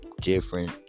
Different